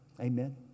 Amen